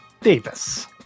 Davis